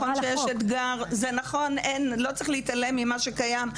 לא צריך להתעלם ממה שקיים,